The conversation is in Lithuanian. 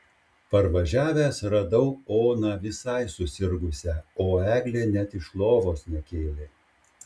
parvažiavęs radau oną visai susirgusią o eglė net iš lovos nekėlė